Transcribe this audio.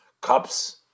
cups